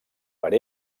per